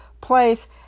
place